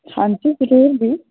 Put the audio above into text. ਹਾਂਜੀ ਜ਼ਰੂਰ ਜੀ